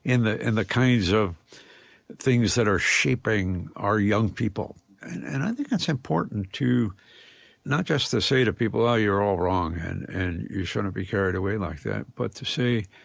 and the and the kinds of things that are shaping our young people and i think it's important to not just to say to people, ah, you're all wrong and and you shouldn't be carried away like that, but to say